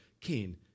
Cain